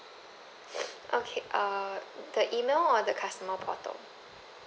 okay err the email or the customer portal